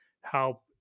help